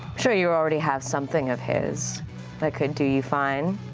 sure you already have something of his that could do you fine.